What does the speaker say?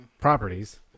properties